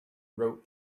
wrote